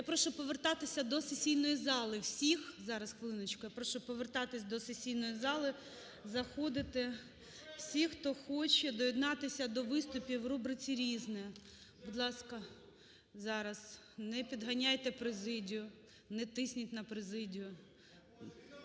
Я прошу повертатися до сесійної зали, заходити всіх, хто хоче доєднатися до виступів в рубриці "Різне". Будь ласка. Зараз, не підганяйте президію, не тисніть на президію,